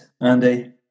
Andy